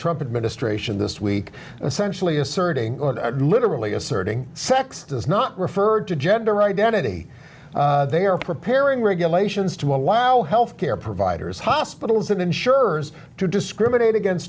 trumpet ministration this week essentially asserting literally asserting sex does not refer to gender identity they are preparing regulations to allow health care providers hospitals and insurers to discriminate against